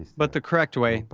but the correct way,